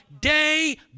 day